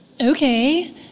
okay